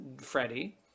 Freddie